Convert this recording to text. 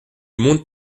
monte